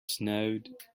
snowed